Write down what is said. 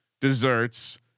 desserts